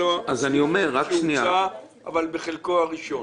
--- אבל בחלקו הראשון.